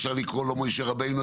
אפשר לקרוא לו מוישה רבנו,